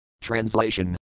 Translation